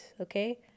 okay